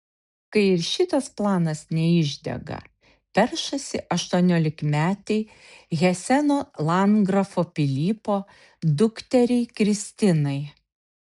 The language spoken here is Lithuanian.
kai ir šitas planas neišdega peršasi aštuoniolikmetei heseno landgrafo pilypo dukteriai kristinai